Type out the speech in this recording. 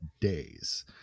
days